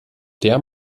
der